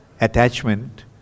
attachment